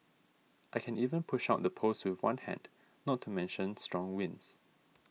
I can even push out the poles with one hand not to mention strong winds